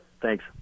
Thanks